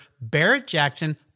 Barrett-Jackson